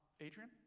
Adrian